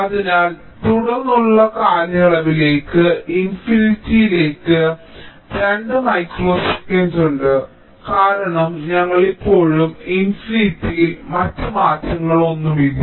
അതിനാൽ തുടർന്നുള്ള കാലയളവിലേക്ക് ഇൻഫിനിറ്റിയിലേക്ക് 2 മൈക്രോ സെക്കൻഡ് ഉണ്ട് കാരണം ഞങ്ങൾക്ക് ഇപ്പോഴും ഇൻഫിനിറ്റിയിൽ മറ്റ് മാറ്റങ്ങളൊന്നുമില്ല